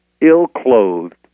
ill-clothed